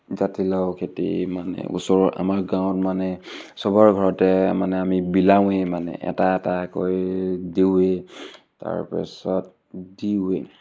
জাতিলাও খেতি মানে ওচৰৰ আমাৰ গাঁৱত মানে চবৰ ঘৰতে মানে আমি বিলাওৱেই মানে এটা এটাকৈ দিওঁয়ে তাৰপিছত দিওঁয়ে